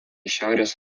šiaurės